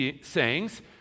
sayings